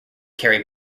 carey